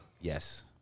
Yes